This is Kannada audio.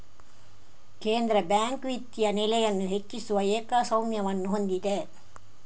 ಕೇಂದ್ರ ಬ್ಯಾಂಕ್ ವಿತ್ತೀಯ ನೆಲೆಯನ್ನು ಹೆಚ್ಚಿಸುವ ಏಕಸ್ವಾಮ್ಯವನ್ನು ಹೊಂದಿದೆ